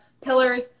Pillars